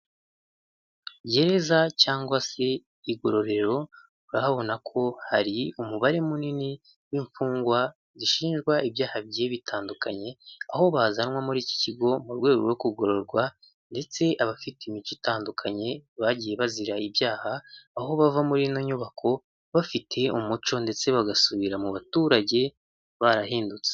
Gereza cyangwa se igorororero urahabona ko hari umubare munini w'imfungwa zishinjwa ibyaha bigiye bitandukanye aho bazanwa muri iki kigo mu rwego rwo kugororwa ndetse abafite imico itandukanye bagiye bazira ibyaha aho bava murino nyubako bafite umuco ndetse bagasubira mu baturage barahindutse.